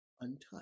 untouched